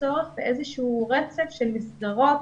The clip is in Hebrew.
צורך באיזה שהוא רצף של מסגרות,